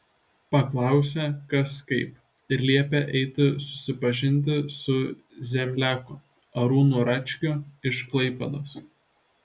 paklausė kas kaip ir liepė eiti susipažinti su zemliaku arūnu račkiu iš klaipėdos